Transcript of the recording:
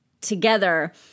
together